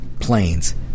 planes